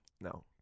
No